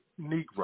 Negro